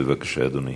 בבקשה, אדוני.